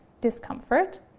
discomfort